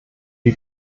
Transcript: die